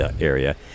area